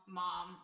mom